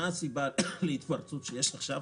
מה הסיבה להתפרצות שיש עכשיו?